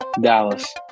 dallas